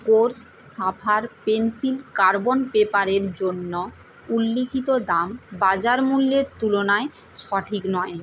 course সাফার pencil carbon পেপারের জন্য উল্লিখিত দাম বাজার মূল্যের তুলনায় সঠিক নয়